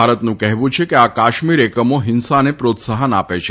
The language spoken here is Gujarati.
ભારતનું કહેવુ છે કે આ કાશ્મીર એકમો ફિંસાને પ્રોત્સાફન આપે છે